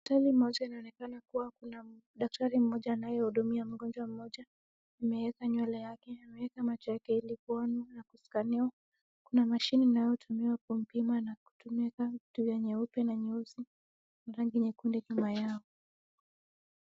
Hospitali moja inaonekana kuwa kuna daktari mmoja anayehudumia mgonjwa mmoja. Ameweka nywele yake. Ameweka macho yake ili kuonwa na kuskaniwa . Kuna mashine inayotumiwa kumpima na kutumia kama vitu vya nyeupe na nyeusi na rangi nyekundu kama yao.